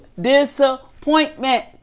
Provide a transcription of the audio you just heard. disappointment